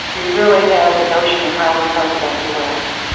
you really have the notion of how we talk about the west.